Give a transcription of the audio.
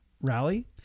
rally